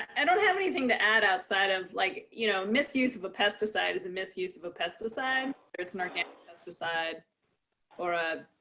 and don't have anything to add outside of like you know misuse of a pesticide is a misuse of a pesticide, whether it's an organic pesticide or a